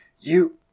You